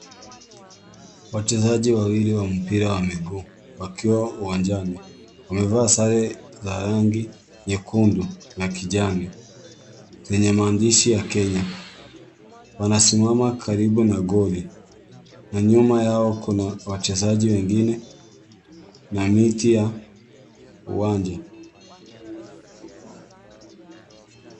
Wachezaji wawili wa mpira wa miguu wakiwa uwanjani, wamevaa sare za rangi nyekundu na kijani zenye maandishi ya Kenya. Wanasimama karibu na goli na nyuma yao kuna wachezaji wengine na neti ya uwanja.